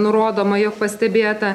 nurodoma jog pastebėta